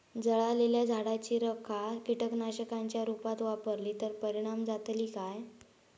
जळालेल्या झाडाची रखा कीटकनाशकांच्या रुपात वापरली तर परिणाम जातली काय?